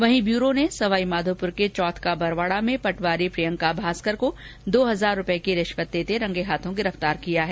वहीं ब्यूरो ने सवाईमाधोपुर के चौथ का बरवाड़ा में पटवारी प्रियंका भास्कर को दो हजार रूपए की रिश्वत लेते रंगे हाथों गिरफ़तार किया है